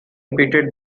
repeated